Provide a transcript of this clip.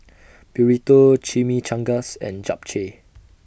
Burrito Chimichangas and Japchae